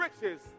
riches